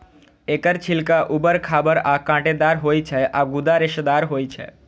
एकर छिलका उबर खाबड़ आ कांटेदार होइ छै आ गूदा रेशेदार होइ छै